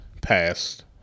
passed